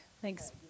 Thanks